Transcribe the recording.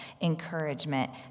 encouragement